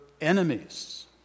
enemies